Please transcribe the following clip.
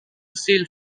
sealed